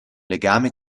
legame